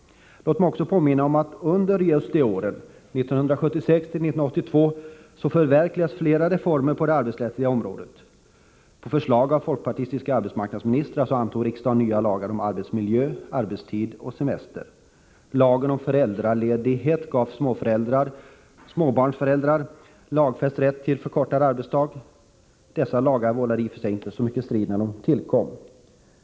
Låt mig också påminna om, att under just åren 1976-1982 förverkligades flera reformer på det arbetsrättsliga området. På förslag av folkpartistiska arbetsmarknadsministrar antog riksdagen nya lagar om arbetsmiljö, arbetstid och semester. Lagen om föräldraledighet gav småbarnsföräldrar lagfäst rätt till förkortad arbetsdag. Dessa lagar vållade i och för sig inte så mycket strid när de tillkom.